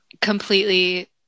Completely